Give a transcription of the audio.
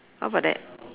how about that